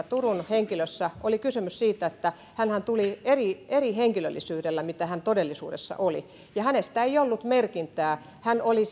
turun henkilössä oli kysymys siitä että hänhän tuli eri eri henkilöllisyydellä kuin mitä hän todellisuudessa oli ja hänestä ei ollut merkintää hän oli